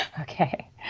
Okay